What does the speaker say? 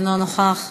אינו נוכח,